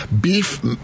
beef